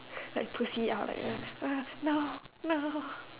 like pussy out like ah no no no